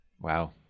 Wow